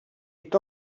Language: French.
est